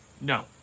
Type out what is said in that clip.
No